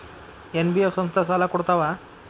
NBF ಸಂಸ್ಥಾ ಸಾಲಾ ಕೊಡ್ತಾವಾ?